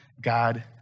God